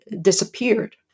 disappeared